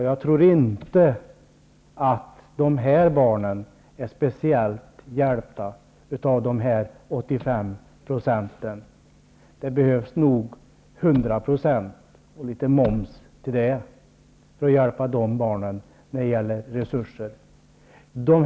Jag tror inte att dessa barn är speciellt hjälpta av de 85 % som vi talar om här. Det behövs nog 100 % och litet moms för att hjälpa de barnen med resurser.